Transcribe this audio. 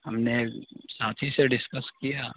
ہم نے ساتھی سے ڈسکس کیا